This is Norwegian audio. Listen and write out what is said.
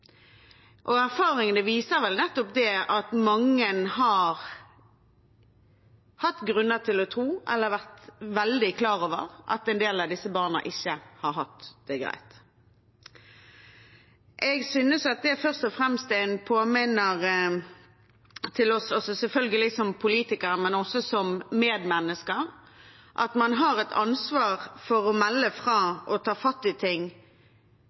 Erfaringene viser vel nettopp at mange har hatt grunner til å tro eller har vært veldig klar over at en del av disse barna ikke har hatt det greit. Jeg synes at det først og fremst er en påminner til oss, selvfølgelig som politikere, men også som medmennesker, om at man har et ansvar for å melde fra og ta fatt i ting